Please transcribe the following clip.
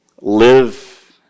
Live